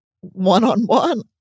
one-on-one